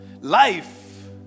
Life